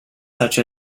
such